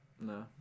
no